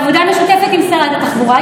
בעבודה משותפת עם שרת התחבורה,